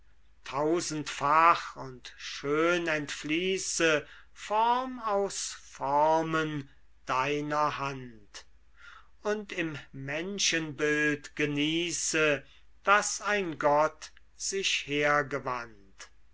tausendfach und schön entfließe form aus formen deiner hand und im menschenbild genieße daß ein gott sich